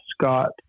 scott